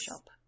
shop